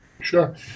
Sure